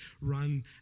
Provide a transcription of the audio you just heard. run